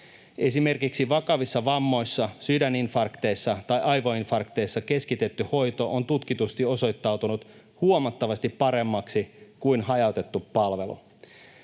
Esimerkiksi vakavissa vammoissa, sydäninfarkteissa tai aivoinfarkteissa keskitetty hoito on tutkitusti osoittautunut huomattavasti paremmaksi kuin hajautettu palvelu.